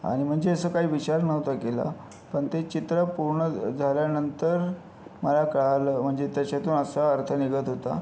आणि म्हणजे असं काही विचार नव्हता केला पण ते चित्र पूर्ण झाल्यानंतर मला कळालं म्हणजे त्याच्यातून असा अर्थ निघत होता